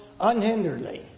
unhinderedly